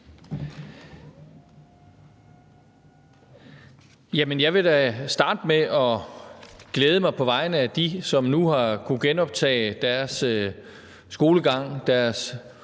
jeg vil da starte med at glæde mig på vegne af dem, som nu har kunnet genoptage deres skolegang, deres